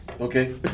okay